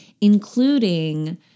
including